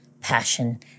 passion